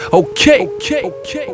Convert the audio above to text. okay